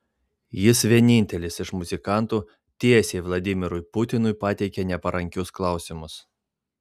jis vienintelis iš muzikantų tiesiai vladimirui putinui pateikia neparankius klausimus